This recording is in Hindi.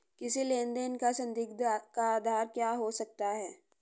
किसी लेन देन का संदिग्ध का आधार क्या हो सकता है?